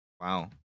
Wow